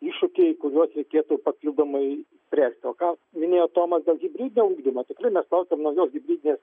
iššūkiai kuriuos reikėtų papildomai spręsti o ką minėjo tomas dėl hibridinio ugdymo tikrai mes laukiam naujos hibridinės